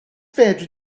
fedri